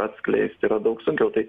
atskleist yra daug sunkiau tai